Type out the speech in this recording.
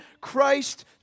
Christ